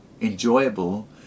enjoyable